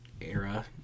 era